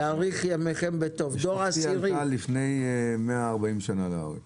משפחתי עלתה לפני 140 שנה לארץ.